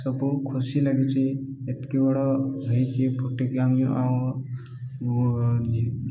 ସବୁ ଖୁସି ଲାଗୁଛି ଏତକି ବଡ଼ ହେଇଛି ଫୁଟିକି ଆମ ଆଉ